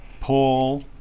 Paul